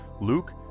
Luke